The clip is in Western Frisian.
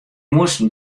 moasten